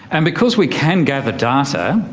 and because we can gather data,